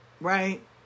right